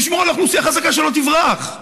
לשמור על האוכלוסייה החזקה, שלא תברח.